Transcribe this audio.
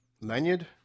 Lanyard